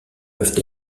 peuvent